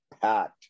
packed